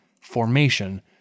formation